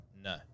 No